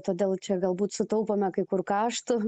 todėl čia galbūt sutaupome kai kur kaštų